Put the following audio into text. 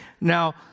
Now